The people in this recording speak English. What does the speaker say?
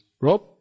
Rob